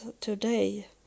today